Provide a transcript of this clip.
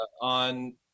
on